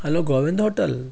hello Govind hotel